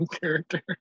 character